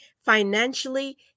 financially